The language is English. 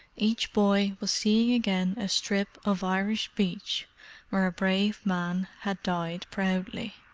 each boy was seeing again a strip of irish beach where a brave man had died proudly.